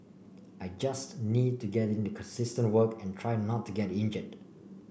I just need to get in the consistent work and try not to get injured